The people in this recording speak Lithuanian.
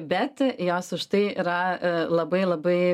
bet jos už tai yra e labai labai